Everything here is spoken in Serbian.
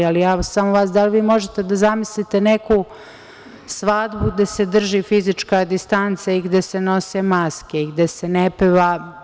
Da li vi možete da zamislite neku svadbu gde se drži fizička distanca, gde se nose maske i gde se ne peva?